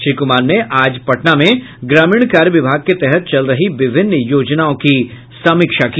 श्री कुमार ने आज पटना में ग्रामीण कार्य विभाग के तहत चल रही विभिन्न योजनाओं की समीक्षा की